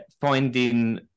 finding